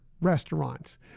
restaurants